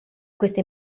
questi